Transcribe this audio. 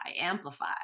Amplify